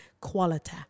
quality